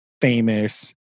famous